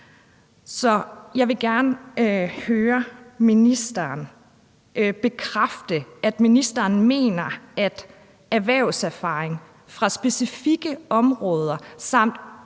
jeg vil gerne høre ministeren bekræfte, at ministeren mener, at erhvervserfaring fra specifikke områder samt